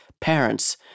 Parents